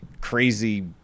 crazy